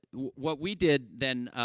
what we did, then,